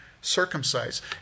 circumcised